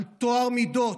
על טוהר מידות,